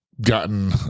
gotten